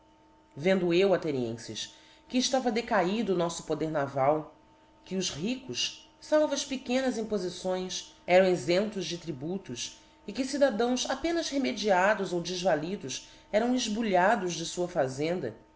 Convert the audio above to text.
vendo eu athenienfes que eftava decaido o noffo poder naval que os ricos falvas pequenas impofições eram exemplos de tributos e que cidadãos apenas remediados ou defvalidos eram efbulhados de fua fazenda